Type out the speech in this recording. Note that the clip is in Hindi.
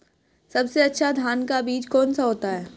सबसे अच्छा धान का बीज कौन सा होता है?